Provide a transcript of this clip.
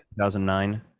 2009